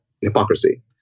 hypocrisy